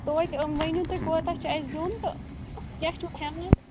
تویتہِ ؤنِو تُہۍ کوتاہ چھُ اَسہِ دیُن تہٕ کیٛاہ چھُکھ ہٮ۪وان